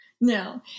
No